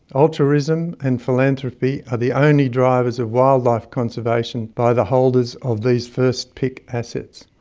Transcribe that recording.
altruism and philanthropy are the only drivers of wildlife conservation by the holders of these first pick assets.